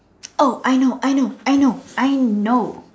oh I know I know I know I know